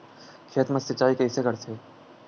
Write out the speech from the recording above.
खेत मा सिंचाई कइसे करथे?